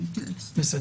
נתייעץ.